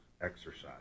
exercise